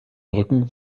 brücken